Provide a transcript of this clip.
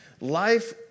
Life